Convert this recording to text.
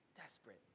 Desperate